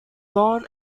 born